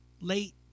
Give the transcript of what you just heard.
late